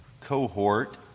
cohort